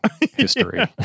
history